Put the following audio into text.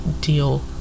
deal